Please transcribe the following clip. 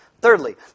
thirdly